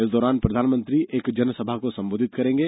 इस दौरान प्रधानमंत्री एक जनसंभा को संबोधित करेंगे